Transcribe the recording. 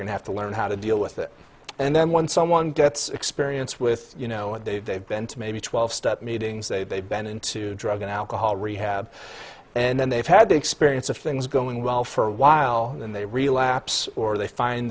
going to have to learn how to deal with it and then once someone gets experience with you know what they've they've been to maybe twelve step meetings they've been into drug and alcohol rehab and then they've had the experience of things going well for a while and then they relapse or they find